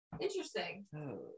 Interesting